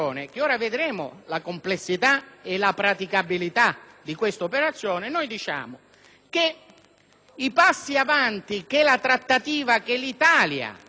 i passi avanti che la trattativa che l'Italia ha fatto (e va rivendicata a merito dei tanto vituperati Governi della prima Repubblica e non solo),